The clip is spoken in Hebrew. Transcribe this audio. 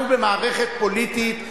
אנחנו במערכת פוליטית.